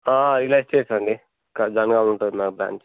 ఇలా ఇచ్చేస్ అండి కా జన్గా ఉంటుంది నా బ్రాంచ్